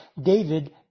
David